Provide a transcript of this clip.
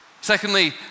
Secondly